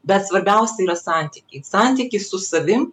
bet svarbiausia yra santykiai santykis su savim